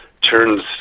turns